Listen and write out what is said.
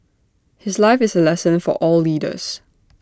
his life is A lesson for all leaders